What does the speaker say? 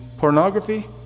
Pornography